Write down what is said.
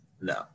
No